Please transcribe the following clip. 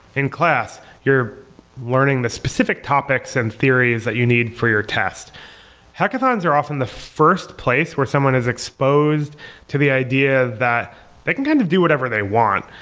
in class, you're learning the specific topics and theories that you need for your test hackathons are often the first place where someone is exposed to the idea that they can kind of do whatever they want.